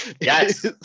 yes